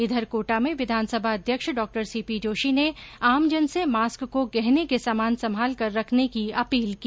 इधर कोटा में विधानसभा अध्यक्ष डॉ सी पी जोशी ने आमजन से मास्क को गहने के समान संभाल कर रखने की अपील की